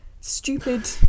stupid